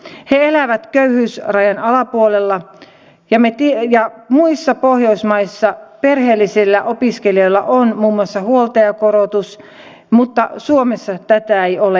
he elävät köyhyysrajan alapuolella ja muissa pohjoismaissa perheellisillä opiskelijoilla on muun muassa huoltajakorotus mutta suomessa tätä ei ole